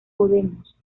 podemos